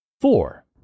Four